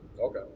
Okay